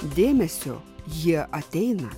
dėmesio jie ateina